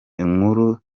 inkuru